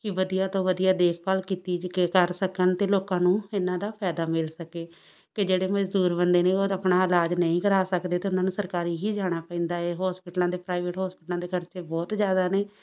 ਕਿ ਵਧੀਆ ਤੋਂ ਵਧੀਆ ਦੇਖਭਾਲ ਕੀਤੀ ਜੀ ਕਰ ਸਕਣ ਅਤੇ ਲੋਕਾਂ ਨੂੰ ਇਹਨਾਂ ਦਾ ਫਾਇਦਾ ਮਿਲ ਸਕੇ ਕਿ ਜਿਹੜੇ ਮਜ਼ਦੂਰ ਬੰਦੇ ਨੇ ਉਹ ਆਪਣਾ ਇਲਾਜ ਨਹੀਂ ਕਰਾ ਸਕਦੇ ਅਤੇ ਉਹਨਾਂ ਨੂੰ ਸਰਕਾਰੀ ਹੀ ਜਾਣਾ ਪੈਂਦਾ ਏ ਹੋਸਪਿਟਲਾਂ ਦੇ ਪ੍ਰਾਈਵੇਟ ਹੋਸਪਿਟਲਾਂ ਦੇ ਖਰਚੇ ਬਹੁਤ ਜ਼ਿਆਦਾ ਨੇ